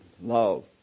love